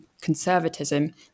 conservatism